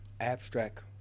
abstract